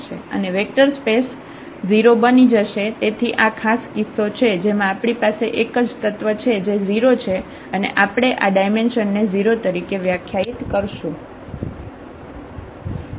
અને vector space 0 બની જશે તેથી આ ખાસ કિસ્સો છે જેમાં આપણી પાસે એકજ તત્વ છે જે 0 છે અને આપણે આ ડાયમેન્શન ને 0 તરીકે વ્યાખ્યાયિત કરશું